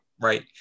Right